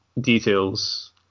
details